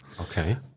Okay